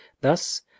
Thus